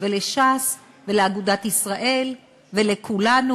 ולש"ס ולאגודת ישראל ולכולנו.